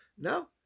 No